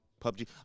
PUBG